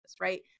right